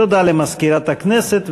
תודה למזכירת הכנסת.